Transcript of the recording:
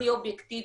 הכי אובייקטיבית,